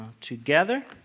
together